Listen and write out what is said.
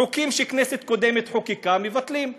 חוקים שכנסת קודמת חוקקה, מבטלים.